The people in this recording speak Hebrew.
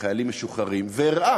והראה